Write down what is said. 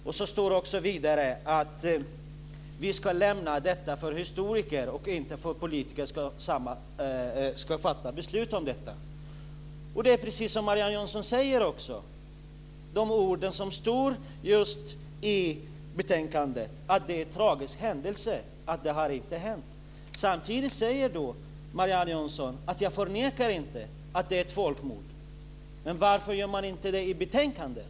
Det står också att vi ska lämna detta åt historiker och att inte politiker ska fatta beslut om detta. Det är precis det som Marianne Jönsson också säger. Just de orden står i betänkandet, att det är en tragisk händelse, att detta inte har hänt. Samtidigt säger Marianne Jönsson att hon inte förnekar att det är ett folkmord. Men varför säger man inte detta i betänkandet?